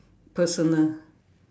personal